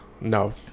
No